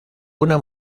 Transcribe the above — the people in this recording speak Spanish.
una